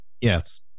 Yes